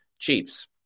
Chiefs